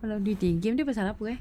call of duty ini pasal apa eh